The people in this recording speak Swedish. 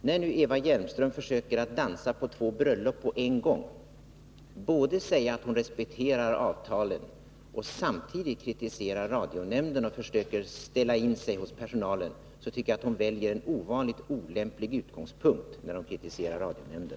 När Eva Hjelmström försöker dansa på två bröllop på en gång, både säga att hon respekterar avtalen och genom att kritisera radionämnden försöker ställa sig in hos personalen, tycker jag att hon väljer en ovanligt olämplig utgångspunkt då hon kritiserar radionämnden.